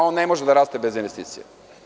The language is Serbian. On ne može da raste bez investicija.